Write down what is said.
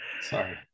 Sorry